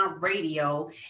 Radio